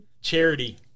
charity